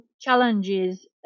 challenges